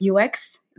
UX